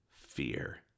fear